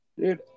Dude